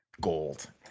Gold